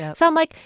so i'm like,